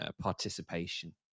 participation